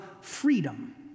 freedom